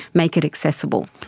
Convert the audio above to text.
make it accessible.